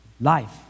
life